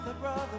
Brother